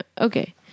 Okay